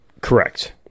Correct